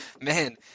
man